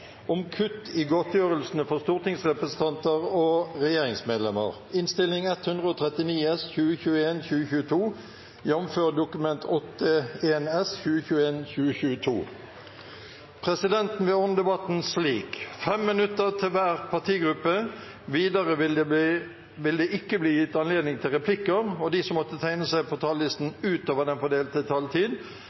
om å styrkje investeringane i norsk helsenæring. Forslagene vil bli behandlet på reglementsmessig måte. Sakene nr. 1 og 2 vil bli behandlet under ett. Presidenten vil ordne debatten slik: 5 minutter til hver partigruppe. Videre vil det ikke bli gitt anledning til replikker, og de som måtte tegne seg på talerlisten utover den fordelte taletid,